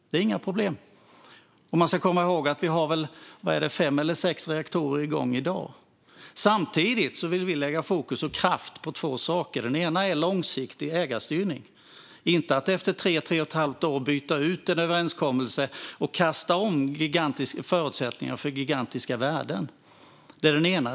Det är inga problem. Man ska komma ihåg att vi har fem eller sex reaktorer igång i dag. Samtidigt vill vi lägga fokus och kraft på två saker. Den ena är långsiktig ägarstyrning, inte att efter tre eller tre och ett halvt år byta ut en överenskommelse och kasta om förutsättningarna för gigantiska värden.